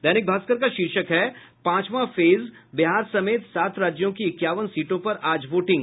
दैनिक भास्कर का शीर्षक है पांचवां फेज बिहार समेत सात राज्यों की इक्यावन सीटों पर आज वोटिंग